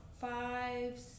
five